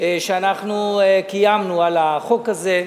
אנחנו קיימנו על החוק הזה.